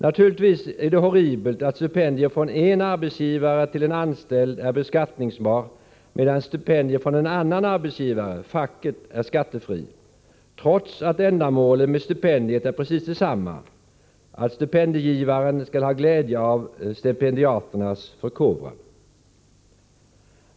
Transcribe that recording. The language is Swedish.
Naturligtvis är det horribelt att stipendier från en viss arbetsgivare till en anställd är beskattningsbara, medan stipendier från en annan arbetsgivare — facket — är skattefria, trots att ändamålet med stipendierna är precis detsamma: att stipendiegivaren skall ha glädje av stipendiaternas förkovran.